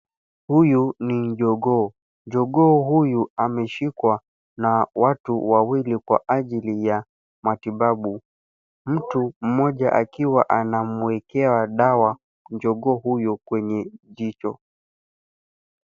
Huyu ni jogoo. Jogoo huyu ameshikwa na watu wawili kwa ajili ya matibabu, mtu mmoja akiwa anamwekea dawa jogoo huyo kwenye jicho.